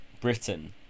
Britain